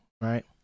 Right